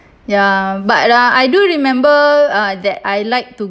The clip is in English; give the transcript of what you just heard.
ya but uh I do remember uh that I like to